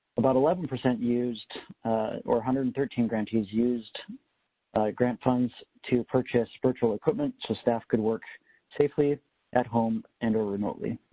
about eleven percent used or one hundred and thirteen grantees used grant funds to purchase virtual equipment, so staff could work safely at home and or remotely.